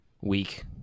week